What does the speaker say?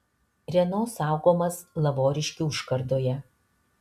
renault saugomas lavoriškių užkardoje